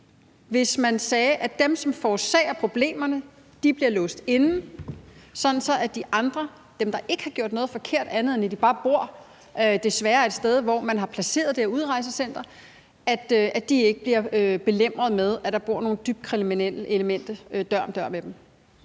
hvis man sagde, at dem, som forårsager problemerne, bliver låst inde, sådan at de andre – dem, der ikke har gjort noget forkert, andet end at de desværre bare bor et sted, hvor man har placeret det her udrejsecenter – ikke bliver belemret med, at der bor nogle dybt kriminelle elementer dør om dør med dem?